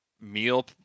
meal